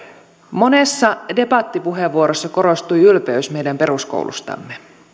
monessa debattipuheenvuorossa korostui ylpeys meidän peruskoulustamme